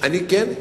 אני כן.